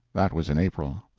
that was in april.